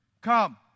come